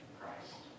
Christ